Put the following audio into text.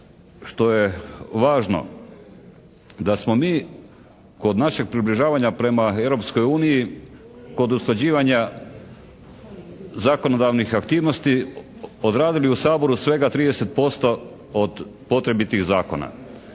što je važno da smo mi kod našeg približavanja prema Europskoj uniji, kod usklađivanja zakonodavnih aktivnosti odradili u Saboru svega 30% od potrebitih zakona.